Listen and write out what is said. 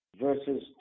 verses